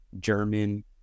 German